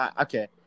Okay